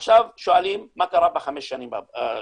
עכשיו שואלים מה קרה בחמש השנים שחלפו.